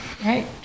Right